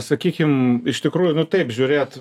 sakykim iš tikrųjų nu taip žiūrėt